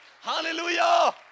Hallelujah